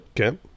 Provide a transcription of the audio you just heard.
Okay